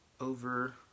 over